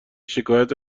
شکایت